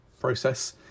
process